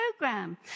program